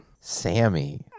Sammy